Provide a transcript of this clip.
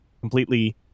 completely